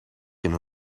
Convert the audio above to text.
een